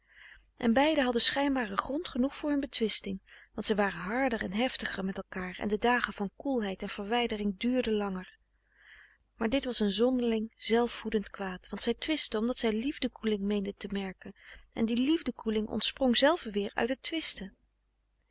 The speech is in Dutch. en beiden hadden schijnbaren grond genoeg voor hun betwisting want zij waren harder en heftiger met elkaar en de dagen van koelheid en verwijdering duurden frederik van eeden van de koele meren des doods langer maar dit was een zonderling zelf voedend kwaad want zij twistten omdat zij liefde koeling meenden te merken en die liefde koeling ontsprong zelve weer uit het twisten